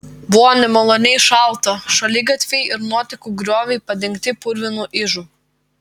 buvo nemaloniai šalta šaligatviai ir nuotekų grioviai padengti purvinu ižu